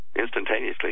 instantaneously